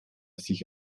sich